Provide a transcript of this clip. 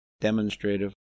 demonstrative